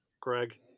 Greg